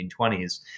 1920s